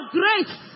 grace